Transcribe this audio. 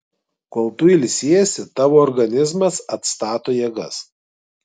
kol tu ilsiesi tavo organizmas atstato jėgas